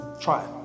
Try